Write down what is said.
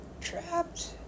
trapped